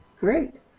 Great